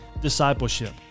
discipleship